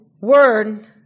word